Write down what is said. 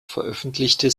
veröffentlichte